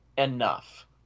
enough